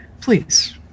Please